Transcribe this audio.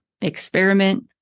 experiment